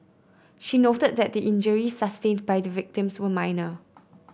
she noted that the injuries sustained by the victims were minor